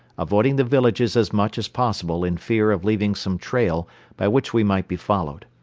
avoiding the villages as much as possible in fear of leaving some trail by which we might be followed.